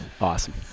Awesome